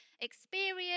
experience